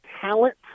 talent